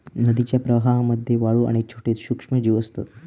नदीच्या प्रवाहामध्ये वाळू आणि छोटे सूक्ष्मजीव असतत